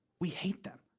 we hate them.